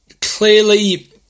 clearly